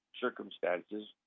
circumstances